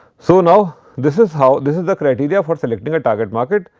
so, now, this is how this is the criteria for selecting a target market.